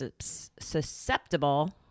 susceptible